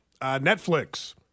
Netflix